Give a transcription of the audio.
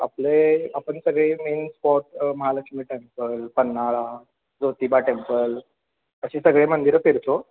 आपले आपण सगळे main spot Mahalakshmi temple Panhala Jyotiba temple अशी सगळी मंदिरं फिरतो